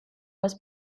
was